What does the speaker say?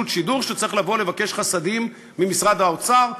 שידור שצריך לבוא לבקש חסדים ממשרד האוצר,